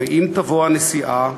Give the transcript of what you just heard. ואם תבוא הנסיעה,